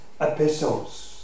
epistles